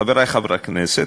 חברי חברי הכנסת,